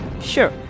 Sure